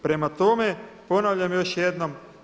Prema tome, ponavljam još jednom.